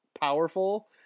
powerful